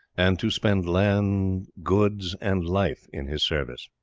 and to spend land, goods, and life in his service.